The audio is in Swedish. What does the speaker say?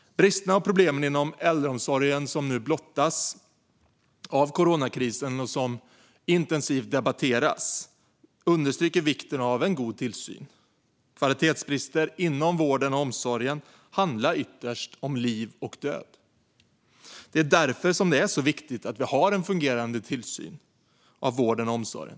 Bristerna och problemen inom äldreomsorgen som blottats av coronakrisen och som nu debatteras intensivt understryker vikten av god tillsyn. Kvalitetsbrister inom vården och omsorgen handlar ytterst om liv och död. Det är därför det är så viktigt att vi har en fungerande tillsyn av vården och omsorgen.